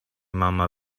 mama